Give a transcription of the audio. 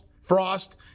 Frost